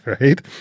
right